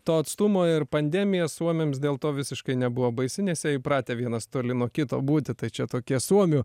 to atstumo ir pandemija suomiams dėl to visiškai nebuvo baisi nes jie įpratę vienas toli nuo kito būti tai čia tokie suomių